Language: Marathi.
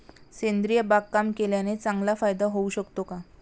सेंद्रिय बागकाम केल्याने चांगला फायदा होऊ शकतो का?